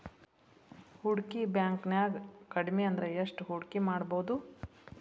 ಹೂಡ್ಕಿ ಬ್ಯಾಂಕ್ನ್ಯಾಗ್ ಕಡ್ಮಿಅಂದ್ರ ಎಷ್ಟ್ ಹೂಡ್ಕಿಮಾಡ್ಬೊದು?